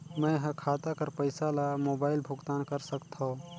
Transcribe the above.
मैं ह खाता कर पईसा ला मोबाइल भुगतान कर सकथव?